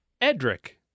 Edric